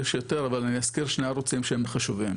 יש יותר אבל אני אזכיר שני ערוצים שהם חשובים,